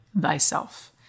thyself